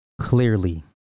Clearly